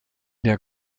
der